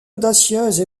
audacieuse